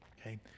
okay